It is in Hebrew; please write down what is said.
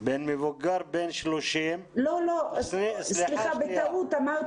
בין מבוגר בן 30 --- סליחה, בטעות אמרתי.